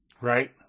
Right